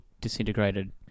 disintegrated